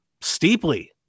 steeply